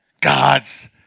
God's